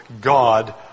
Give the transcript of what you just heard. God